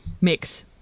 mix